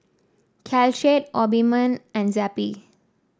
Caltrate Obimin and Zappy